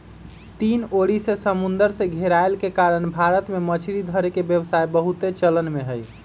तीन ओरी से समुन्दर से घेरायल के कारण भारत में मछरी धरे के व्यवसाय बहुते चलन में हइ